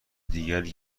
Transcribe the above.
دیگری